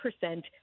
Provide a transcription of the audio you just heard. percent